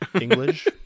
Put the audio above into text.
English